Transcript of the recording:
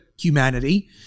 humanity